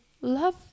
love